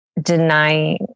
denying